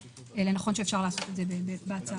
כמה הכנסות המדינה הכניסה ממס הרכישה